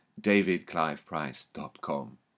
davidcliveprice.com